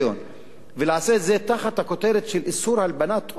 ונעשה את זה תחת הכותרת של איסור הלבנת הון,